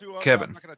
Kevin